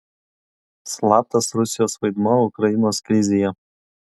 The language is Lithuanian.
slaptas rusijos vaidmuo ukrainos krizėje